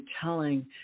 telling